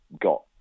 got